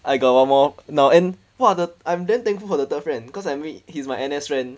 I got one more now and !wah! the I'm damn thankful for the third friend because I mean he's my N_S friend